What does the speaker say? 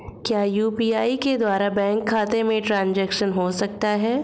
क्या यू.पी.आई के द्वारा बैंक खाते में ट्रैन्ज़ैक्शन हो सकता है?